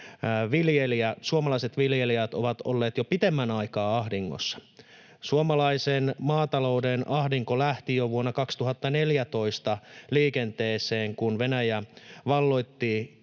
suomalaiset viljelijät ovat olleet jo pitemmän aikaa ahdingossa. Suomalaisen maatalouden ahdinko lähti liikenteeseen jo vuonna 2014, kun Venäjä valloitti